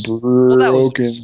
broken